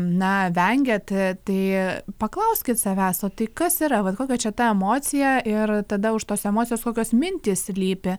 na vengiat tai paklauskit savęs o tai kas yra vat kokia čia ta emocija ir tada už tos emocijos kokios mintys slypi